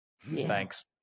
Thanks